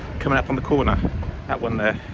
coming up on the corner that one there